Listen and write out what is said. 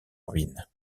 ruine